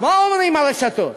מה אומרות הרשתות?